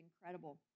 incredible